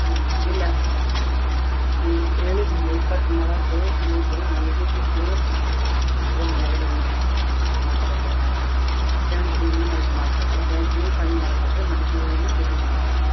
ಹ್ಞೂ ಇಲ್ಲ ಹ್ಞೂ ಹೇಳಿದ್ನಲ್ಲ ಇಪ್ಪತ್ತು ಮೊಳದ್ದು ಹೂದು ಮಲ್ಲಿಗೆ ಹೂವಿನದು ಒಂದು ಎರಡು ಮೊಳ ಮಾಡ್ಕೊಡಿ ರೀ ಹಾರ ಸೇವೆಂತ್ಗೆ ಹೂವಿನದು ಎರಡು ಮಾಡ್ಕೊಡಿ ರೀ ಸೇವೆಂತಿಗೆ ಹೂ ಸಣ್ಣ ಮಾಡ್ಕೊಡಿ ರೀ ಮಲ್ಲಿಗೆ ಹೂವಿನದು ದೊಡ್ಡವು ಮಾಡ್ಕೊಡಿ ರೀ